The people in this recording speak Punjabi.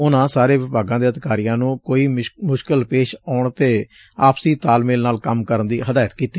ਉਨਾਂ ਸਾਰੇ ਵਿਭਾਗਾਂ ਦੇ ਅਧਿਕਾਰੀਆਂ ਨੂੰ ਕੋਈ ਮੁਸ਼ਕਲ ਪੇਸ਼ ਆਉਣ ਤੇ ਆਪਸੀ ਤਾਲਮੇਲ ਨਾਲ ਕੰਮ ਕਰਨ ਦੱੀ ਹਦਾਇਤ ਕੀਤੀ